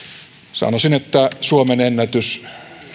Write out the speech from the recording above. sanoisin suomenennätys